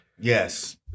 Yes